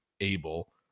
able